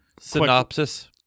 synopsis